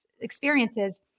experiences